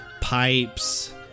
pipes